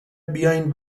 بیاین